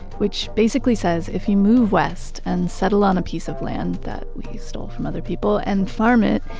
which basically says if you move west and settle on a piece of land that we stole from other people, and farm it,